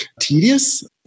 tedious